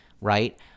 right